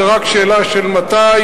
זו רק שאלה של מתי,